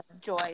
joy